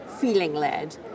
feeling-led